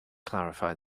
clarify